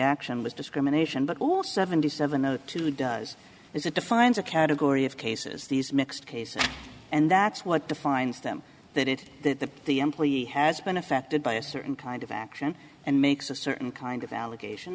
action was discrimination but also seventy seven o two does it defines a category of cases these mixed cases and that's what defines them that it that the employee has been affected by a certain kind of action and makes a certain kind of allegation